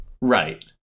Right